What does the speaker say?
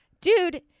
dude